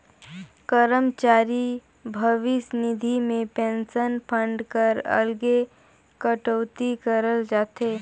करमचारी भविस निधि में पेंसन फंड कर अलगे कटउती करल जाथे